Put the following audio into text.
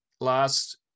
Last